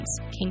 Kings